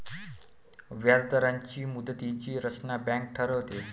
व्याजदरांची मुदतीची रचना बँक ठरवते